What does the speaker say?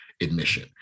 admission